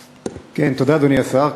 תודה, אדוני השר.